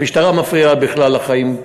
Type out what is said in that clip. המשטרה מפריעה בכלל לחיים,